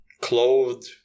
clothed